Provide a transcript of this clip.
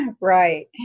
Right